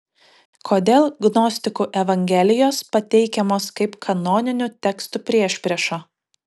kodėl gnostikų evangelijos pateikiamos kaip kanoninių tekstų priešprieša